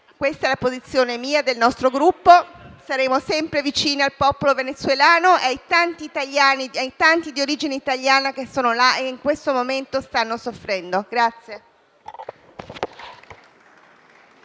Questa è la posizione mia e del mio Gruppo. Saremo sempre vicini al popolo venezuelano e ai tanti di origine italiana che sono là e che in questo momento stanno soffrendo.